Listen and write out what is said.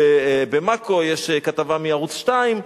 וב"מאקו" יש כתבה מערוץ-2,